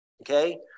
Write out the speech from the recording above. Okay